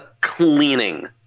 cleaning